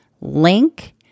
Link